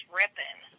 ripping